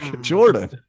Jordan